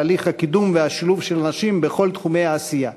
הליך הקידום והשילוב של נשים בכל תחומי העשייה,